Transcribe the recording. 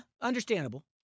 understandable